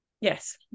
yes